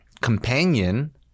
companion